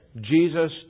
Jesus